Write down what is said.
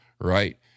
right